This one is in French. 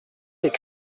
des